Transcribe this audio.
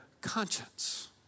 conscience